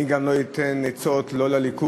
אני גם לא אתן עצות, לא לליכוד,